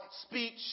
speech